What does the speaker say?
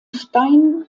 stein